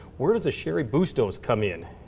where does a cheri bustos come in,